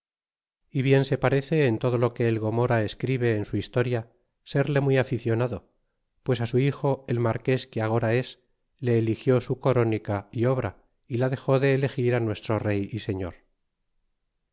é bien se parece en todo lo que el gomora escribe en su historia serle muy aficionado pues fi su hijo el marques que agora es le eligió su con mica y obra y la dex de elegir nuestro rey y señor